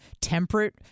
temperate